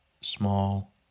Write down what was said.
Small